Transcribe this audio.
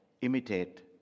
imitate